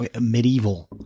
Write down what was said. medieval